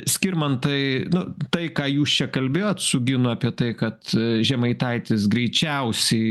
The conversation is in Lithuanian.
skirmantai nu tai ką jūs čia kalbėjot su ginu apie tai kad žemaitaitis greičiausiai